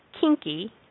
kinky